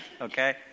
okay